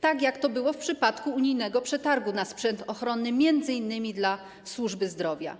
tak jak to było w przypadku unijnego przetargu na sprzęt ochronny m.in. dla służby zdrowia.